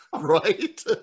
right